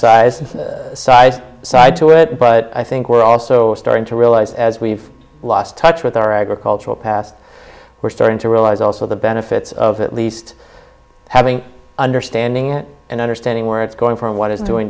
sighs side to it but i think we're also starting to realise as we've lost touch with our agricultural past we're starting to realise also the benefits of at least having understanding it and understanding where it's going from what it's doing